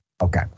okay